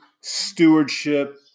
stewardship